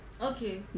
Okay